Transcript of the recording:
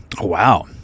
wow